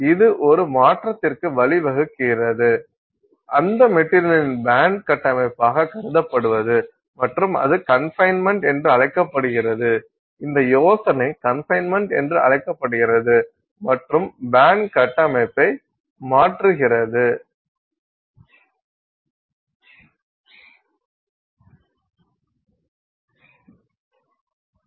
இது ஒரு மாற்றத்திற்கு வழிவகுக்கிறது அந்த மெட்டீரியலின் பேண்ட் கட்டமைப்பாக கருதப்படுவது மற்றும் அது கண்பைன்மெண்ட் என்று அழைக்கப்படுகிறது இந்த யோசனை கண்பைன்மெண்ட் என்று அழைக்கப்படுகிறது மற்றும் பேண்ட் கட்டமைப்பை மாற்றுகிறது